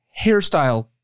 hairstyle